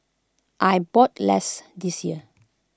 I bought less this year